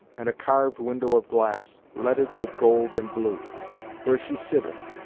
and a carved window of glass, leaded with gold and blue where she sitteth,